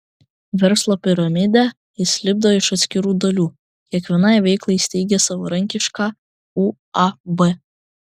verslo piramidę jis lipdo iš atskirų dalių kiekvienai veiklai steigia savarankišką uab